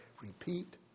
repeat